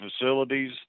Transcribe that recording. facilities